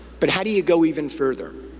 but how do you go even further?